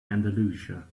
andalusia